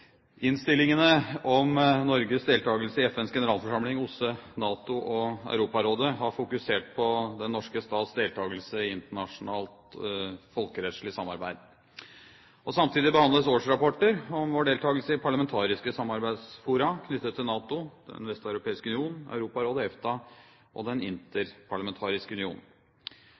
Innstillingene om Norges deltakelse i FNs generalforsamling, OSSE, NATO og Europarådet har fokusert på den norske stats deltakelse i internasjonalt, folkerettslig samarbeid. Samtidig behandles årsrapporter om vår deltakelse i parlamentariske samarbeidsfora knyttet til NATO, Den vesteuropeiske union, Europarådet, EFTA og Den Interparlamentariske Union,